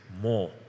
more